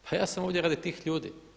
Pa ja sam ovdje radi tih ljudi.